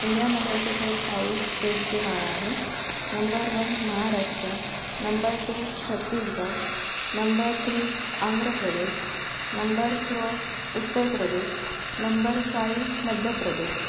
इंडियामध्ये असे काही फायू स्टेटचे नावं आहे number one Maharashtra number two Chhattisgarh number three Andhra Pradesh number four Uttar Pradesh number five Madhya प्रदेश